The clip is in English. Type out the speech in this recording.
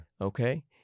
Okay